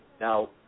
Now